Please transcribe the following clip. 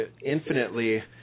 infinitely